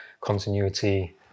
continuity